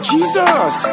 Jesus